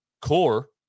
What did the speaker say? core